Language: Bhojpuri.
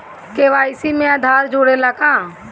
के.वाइ.सी में आधार जुड़े ला का?